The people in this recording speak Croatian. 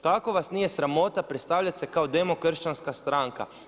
Kako vas nije sramota predstavljati kao demokršćanska stranka?